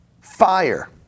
fire